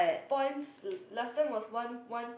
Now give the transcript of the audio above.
points last time was one one